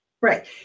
Right